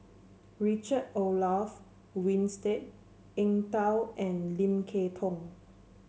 Richard Olaf Winstedt Eng Tow and Lim Kay Tong